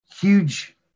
huge